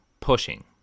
pushing